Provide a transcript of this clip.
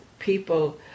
people